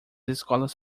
escolas